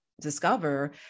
discover